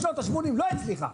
משנות השמונים לא הצליחה.